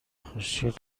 خوشگل